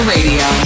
Radio